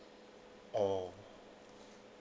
oh